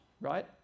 right